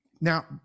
now